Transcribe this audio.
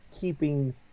keeping